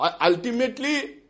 ultimately